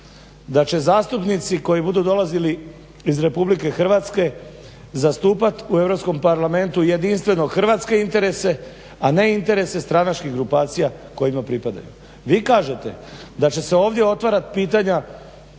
da će zastupnici koji budu dolazili iz RH zastupati u Europskom parlamentu jedinstveno hrvatske interese, a ne interese stranačkih grupacija kojima pripadaju. Vi kažete da će se ovdje otvarati pitanja